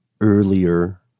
earlier